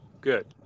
Good